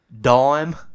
dime